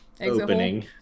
opening